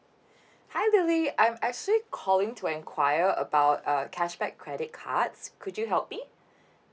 hi lily I'm actually calling to enquire about err cashback credit cards could you help me